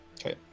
Okay